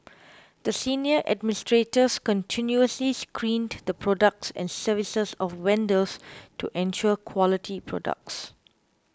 the senior administrators continuously screened the products and services of vendors to ensure quality products